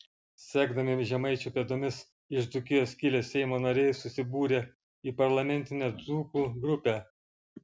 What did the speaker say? sekdami žemaičių pėdomis iš dzūkijos kilę seimo nariai susibūrė į parlamentinę dzūkų grupę